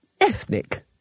Ethnic